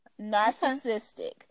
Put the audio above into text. narcissistic